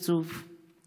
עצוב, עצוב.